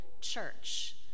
church